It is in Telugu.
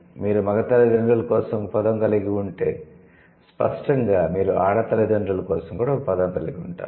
మీరు మగ తల్లిదండ్రుల కోసం ఒక పదం కలిగి ఉంటే స్పష్టంగా మీరు ఆడ తల్లిదండ్రుల కోసం కూడా ఒక పదం కలిగి ఉంటారు